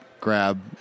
grab